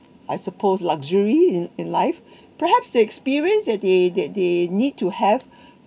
I suppose luxury in in life perhaps the experience that they that they need to have